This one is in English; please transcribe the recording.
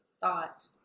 thought